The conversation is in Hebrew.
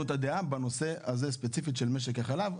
את הדעה בנושא הספציפי הזה של משק החלב.